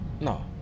No